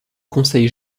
conseil